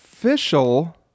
Official